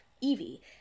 Evie